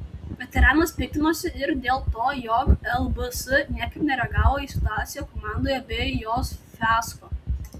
veteranas piktinosi ir dėl to jog lbs niekaip nereagavo į situaciją komandoje bei jos fiasko